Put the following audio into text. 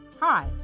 Hi